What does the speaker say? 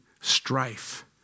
strife